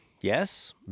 Yes